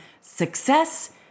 success